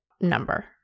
number